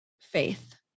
faith